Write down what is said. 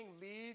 lead